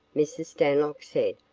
mrs. stanlock said.